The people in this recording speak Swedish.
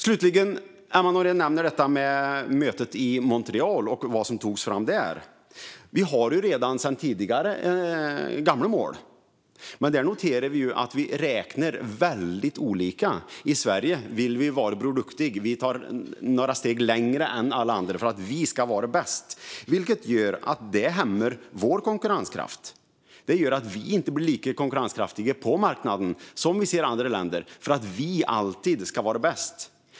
Emma Nohrén nämner mötet i Montreal och vad som togs fram där. Vi har sedan tidigare gamla mål, men här räknar länder väldigt olika. I Sverige vill vi vara Bror Duktig och går några steg längre än alla andra för att vi ska vara bäst. Detta hämmar vår konkurrenskraft, och vi blir alltså inte lika konkurrenskraftiga som andra länder på marknaden eftersom vi alltid ska vara bäst.